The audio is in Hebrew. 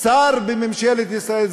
שר בממשלת ישראל,